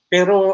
Pero